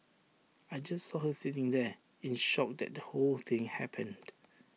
I just saw her sitting there in shock that the whole thing happened